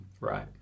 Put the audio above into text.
Right